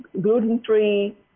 gluten-free